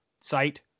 site